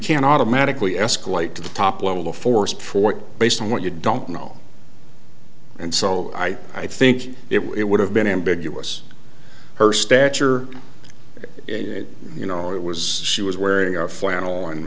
can't automatically escalate to the top level of force before based on what you don't know and so i i think it would have been ambiguous her stature you know it was she was wearing a flannel and